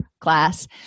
class